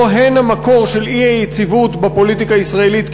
לא הן המקור של האי-יציבות בפוליטיקה הישראלית,